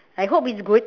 I hope it's good